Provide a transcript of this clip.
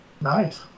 Nice